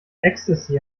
ecstasy